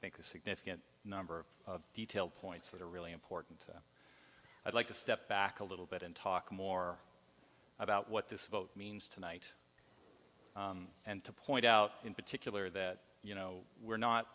think a significant number of detail points that are really important i'd like to step back a little bit and talk more about what this vote means tonight and to point out in particular that you know we're not